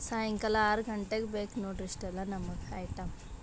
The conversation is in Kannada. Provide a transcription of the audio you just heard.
ಸಾಯಂಕಾಲ ಆರು ಘಂಟೆಗೆ ಬೇಕು ನೋಡಿರಿ ಇಷ್ಟೆಲ್ಲ ನಮಗೆ ಹೈಟಮ್